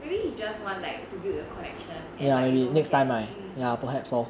maybe he just want like to build that connection and like you know that mm